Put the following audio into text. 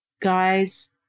guys